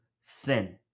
sin